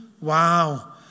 Wow